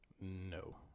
No